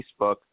Facebook